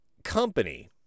company